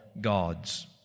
gods